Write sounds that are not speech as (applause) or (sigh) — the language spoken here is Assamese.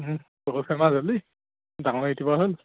(unintelligible) ডাঙৰ ইউটিউবাৰ হ'ল